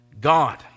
God